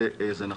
זה נכון.